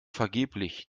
vergeblich